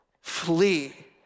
flee